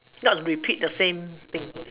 not repeat the same thing